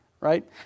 right